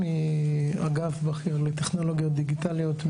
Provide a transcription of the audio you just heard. אגף בכיר לטכנולוגיות דיגיטליות,